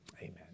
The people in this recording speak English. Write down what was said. Amen